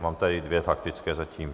Mám tady dvě faktické zatím.